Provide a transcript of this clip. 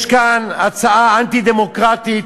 יש כאן הצעה בלתי דמוקרטית,